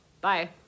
Bye